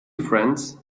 friends